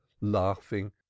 laughing